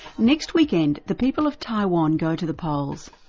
next weekend, the people of taiwan go to the polls,